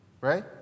Right